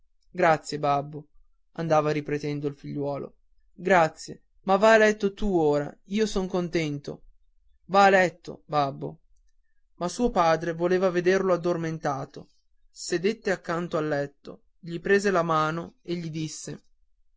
grazie babbo andava ripetendo il figliuolo grazie ma va a letto tu ora io sono contento va a letto babbo ma suo padre voleva vederlo addormentato sedette accanto al letto gli prese la mano e gli disse